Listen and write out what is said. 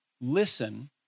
Listen